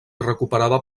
recuperada